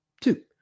Two